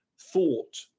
thought